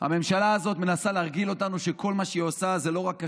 הממשלה הזאת מנסה להרגיל אותנו שכל מה שהיא עושה זה לא רק כשר,